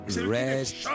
Rest